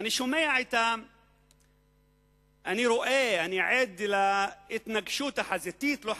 אני רואה, אני עד להתנגשות החזיתית, לא חזיתית,